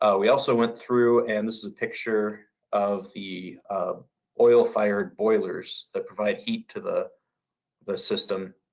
ah we also went through and this is a picture of the oil-fired boilers that provide heat to the the system.